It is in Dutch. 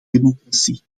democratie